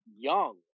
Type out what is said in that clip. young